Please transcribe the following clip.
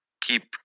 keep